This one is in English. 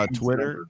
twitter